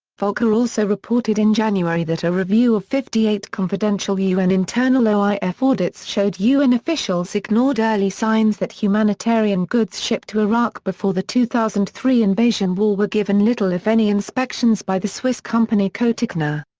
volcker also reported in january that a review of fifty eight confidential un internal oif audits showed un officials ignored early signs that humanitarian goods shipped to iraq before the two thousand and three invasion war were given little if any inspections by the swiss company cotecna.